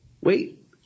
wait